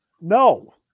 No